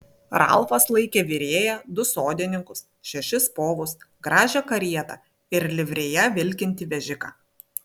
ralfas laikė virėją du sodininkus šešis povus gražią karietą ir livrėja vilkintį vežiką